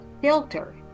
filter